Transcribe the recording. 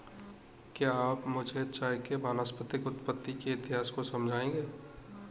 क्या आप मुझे चाय के वानस्पतिक उत्पत्ति के इतिहास को समझाएंगे?